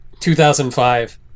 2005